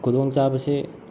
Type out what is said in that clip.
ꯈꯨꯗꯣꯡ ꯆꯥꯕꯁꯦ